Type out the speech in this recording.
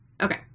Okay